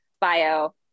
bio